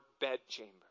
bedchamber